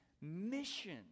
mission